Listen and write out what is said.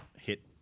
hit